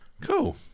Cool